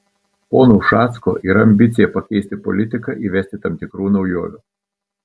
pono ušacko yra ambicija pakeisti politiką įvesti tam tikrų naujovių